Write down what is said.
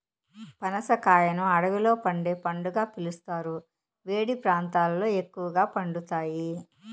పనస కాయను అడవిలో పండే పండుగా పిలుస్తారు, వేడి ప్రాంతాలలో ఎక్కువగా పండుతాయి